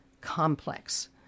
complex